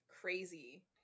crazy